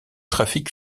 trafic